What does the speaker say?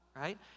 Right